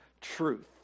truth